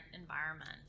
environment